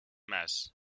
mass